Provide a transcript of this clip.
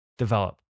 develop